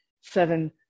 seven